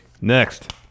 Next